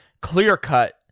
clear-cut